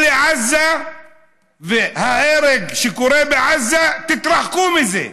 כלא עזה וההרג שקורה בעזה, תתרחקו מזה.